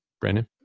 Brandon